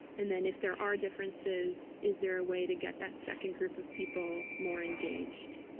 and then, if there are differences, is there a way to get that second group of people more engaged?